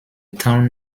town